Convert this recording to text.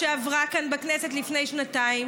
שעברה כאן בכנסת לפני שנתיים,